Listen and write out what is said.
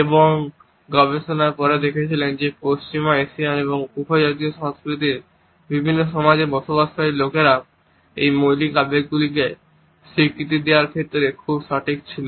এবং গবেষকরা পরে দেখেছেন যে পশ্চিমা এশিয়ান এবং উপজাতীয় সংস্কৃতির বিভিন্ন সমাজে বসবাসকারী লোকেরা এই মৌলিক আবেগগুলিকে স্বীকৃতি দেওয়ার ক্ষেত্রে খুব সঠিক ছিল